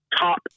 top